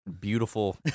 Beautiful